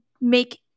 make